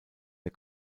der